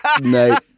No